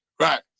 right